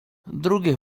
drugie